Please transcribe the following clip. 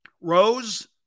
Rose